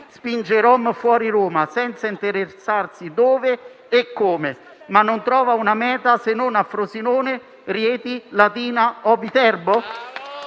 spinge i rom fuori Roma, senza interessarsi a dove e come ciò avvenga: non trova una meta se non a Frosinone, Rieti, Latina o Viterbo?